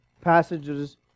passages